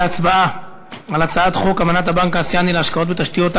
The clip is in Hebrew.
להצבעה על הצעת חוק אמנת הבנק האסייני להשקעות בתשתיות,